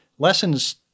Lessons